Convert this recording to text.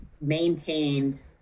maintained